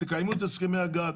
תקיימו את הסכמי הגג,